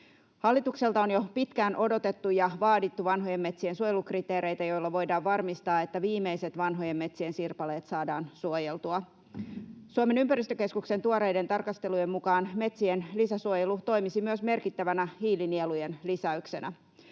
Hallitukselta on jo pitkään odotettu ja vaadittu vanhojen metsien suojelukriteereitä, joilla voidaan varmistaa, että viimeiset vanhojen metsien sirpaleet saadaan suojeltua. Suomen ympäristökeskuksen tuoreiden tarkastelujen mukaan metsien lisäsuojelu toimisi myös merkittävänä hiilinielujen lisäyksenä.